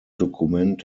dokument